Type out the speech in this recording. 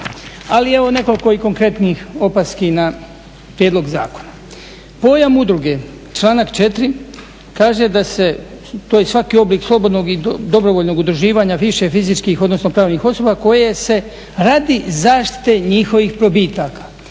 Ali evo nekoliko i konkretnih opaski na prijedlog zakona. Pojam udruge, članak 4. kaže da se, to je i svaki oblik slobodnog i dobrovoljnog udruživanja više fizičkih odnosno pravnih osoba koje se, radi zaštite radi zaštite njihovih probitaka.